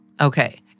Okay